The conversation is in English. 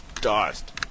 Dust